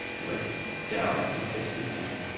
let's doubt, as best we can,